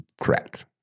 correct